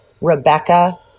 Rebecca